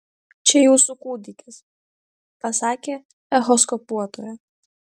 čia jūsų kūdikis pasakė echoskopuotoja